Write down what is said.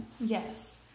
Yes